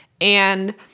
And-